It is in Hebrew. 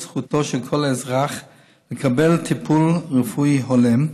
זכותו של כל אזרח לקבל טיפול רפואי הולם.